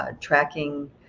tracking